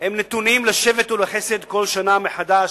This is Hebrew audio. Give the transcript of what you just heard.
הם נתונים לשבט או לחסד כל שנה מחדש,